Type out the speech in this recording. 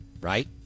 Right